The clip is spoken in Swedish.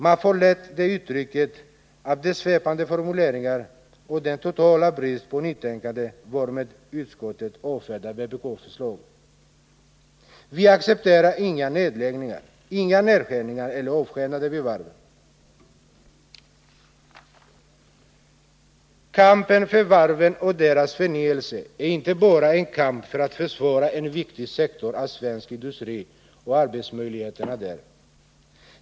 Man får lätt det intrycket av de svepande formuleringar och den totala brist på nytänkande varmed utskottet avfärdar vpk:s förslag. Vi accepterar inga nedläggningar, inga nedskärningar eller avskedanden vid varven. Kampen för varven och deras förnyelse är inte bara en kamp för att försvara en viktig sektor av svensk industri och arbetsmöjligheterna där.